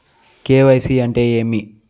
KYC అంటే ఏమి?